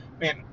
man